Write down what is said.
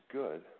good